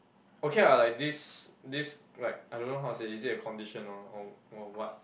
okay ah like this this like I don't know how to say is it a condition or or or what